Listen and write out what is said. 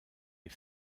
est